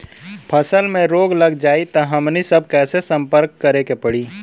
फसल में रोग लग जाई त हमनी सब कैसे संपर्क करें के पड़ी?